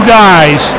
guys